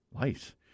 Nice